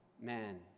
man